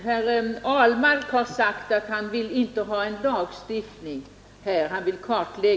Herr talman! Herr Ahlmark har sagt att han inte vill ha en lagstiftning, utan att han vill kartlägga.